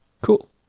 Cool